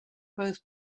both